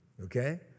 okay